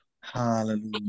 Hallelujah